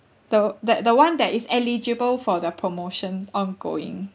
the that the one that is eligible for the promotion ongoing